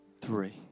three